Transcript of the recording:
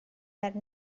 that